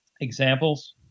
examples